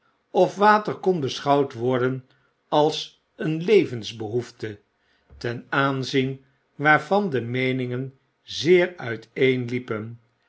of water kon beschouwd worden als een levensbehoefte ten aanzien waarvan de meeningen zeer uiteen